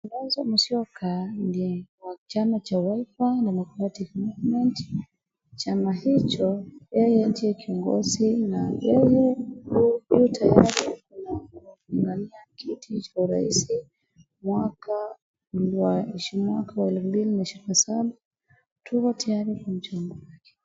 Kalonzo Musyoka ndiye wa chama cha Wiper Democrati Movement ,chama hicho yeye ndiye kiongozi. Na yeye yu tayari kupigania kiti cha urais mwaka wa elfu mbili na ishirini saba tupo tayari kumchangua.